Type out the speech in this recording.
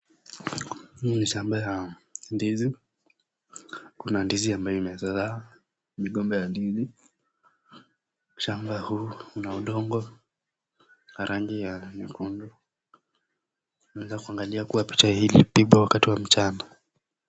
Huu ni shamba ya ndizi. Kuna ndizi ambayo imezaa migomba ya ndizi. Shamba huu una udongo ya rangi nyekundu. Unaeza kuangalia kuwa picha hili ilipigwa wakati wa mchana.